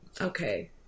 okay